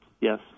Yes